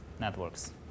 networks